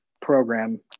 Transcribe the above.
program